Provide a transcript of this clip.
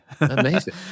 Amazing